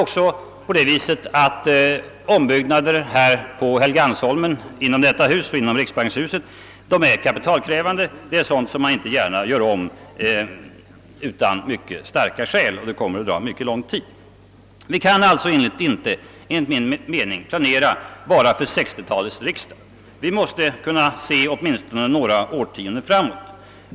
Dessutom är ombyggnader här på Helgeandsholmen inom riksdagshuset och inom riksbankshuset mycket kapitalkrävande. Vi skall alltså enligt min mening inte bara planera för 1960-talets riksdag. Vi måste se åtminstone några årtionden framåt.